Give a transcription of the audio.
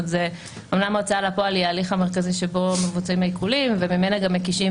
אמנם ההוצאה לפועל היא ההליך המרכזי שבו מבוצעים העיקולים וממנה גם מקישים